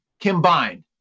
combined